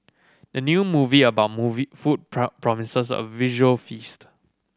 the new movie about movie food promises a visual feast